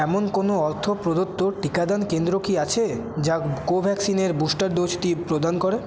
এমন কোনো অর্থ প্রদত্ত টিকাদান কেন্দ্র কি আছে যা কোভ্যাক্সিনের বুস্টার ডোজটি প্রদান করে